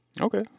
Okay